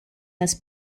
has